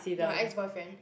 your ex boyfriend